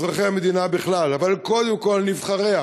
דרושה התאפקות ודרושה סבלנות כדי למצות את ההליכים,